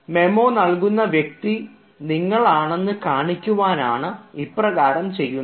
memo നൽകുന്ന വ്യക്തി നിങ്ങൾ ആണെന്ന് കാണിക്കുവാനാണ് ഇപ്രകാരം രേഖപ്പെടുത്തുന്നത്